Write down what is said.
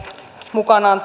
mukanaan